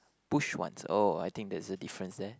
push once oh I think that's a difference there